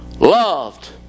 loved